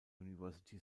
university